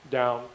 down